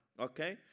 okay